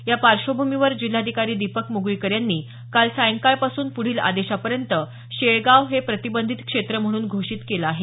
या पार्श्वभूमीवर जिल्हाधिकारी दिपक म्गळीकर यांनी काल सायंकाळपासून पुढील आदेशापर्यंत शेळगांव हे प्रतिबंधीत क्षेत्र म्हणून घोषित केले आहे